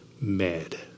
mad